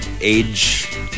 age